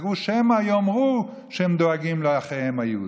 שמא יאמרו שהם דואגים לאחיהם היהודים.